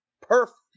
perfect